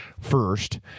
first